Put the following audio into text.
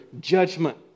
judgment